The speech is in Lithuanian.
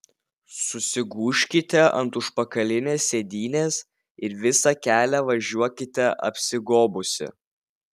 susigūžkite ant užpakalinės sėdynės ir visą kelią važiuokite apsigobusi